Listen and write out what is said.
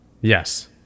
Yes